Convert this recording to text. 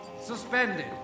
suspended